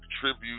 tribute